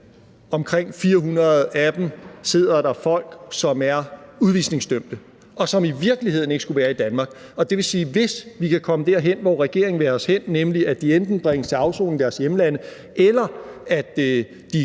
omkring 400 af dem sidder der folk, der er udvisningsdømte, og som i virkeligheden ikke skulle være i Danmark. Det vil sige, at hvis vi kan komme derhen, hvor regeringen vil have os hen, nemlig at de enten bringes til afsoning i deres hjemlande eller